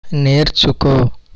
నేర్చుకో